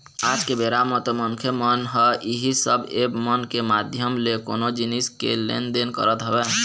आज के बेरा म तो मनखे मन ह इही सब ऐप मन के माधियम ले कोनो जिनिस के लेन देन करत हवय